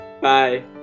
Bye